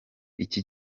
iki